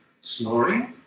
snoring